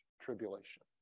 tribulation